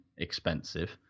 expensive